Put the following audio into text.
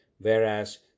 whereas